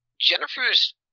Jennifer's